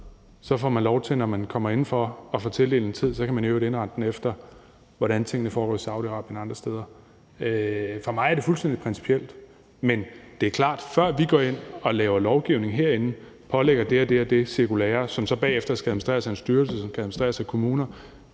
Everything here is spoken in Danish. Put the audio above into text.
får du lov til, når du kommer indenfor, at få tildelt en tid, og så kan man i øvrigt indrette den efter, hvordan tingene foregår i Saudi-Arabien og andre steder. For mig er det fuldstændig principielt. Men det er klart, at før vi går ind og laver lovgivning herinde og pålægger det og det cirkulære, som så bagefter skal administreres af en styrelse, som skal administreres af kommuner,